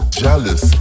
jealous